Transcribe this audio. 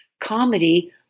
comedy